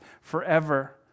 forever